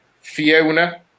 Fiona